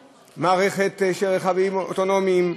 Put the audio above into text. בבקשה.